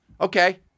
Okay